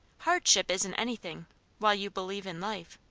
hardship isn't anything while you believe in life.